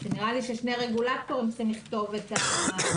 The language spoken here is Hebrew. כי נראה לי ששני רגולטורים צריכים לכתוב את הנוהל.